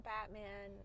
Batman